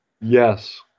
Yes